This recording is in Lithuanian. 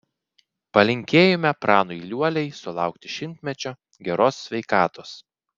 palinkėjome pranui liuoliai sulaukti šimtmečio geros sveikatos